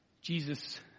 Jesus